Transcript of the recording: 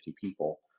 people